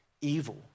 evil